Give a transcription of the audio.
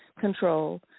control